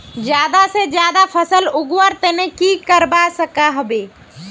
ज्यादा से ज्यादा फसल उगवार तने की की करबय होबे?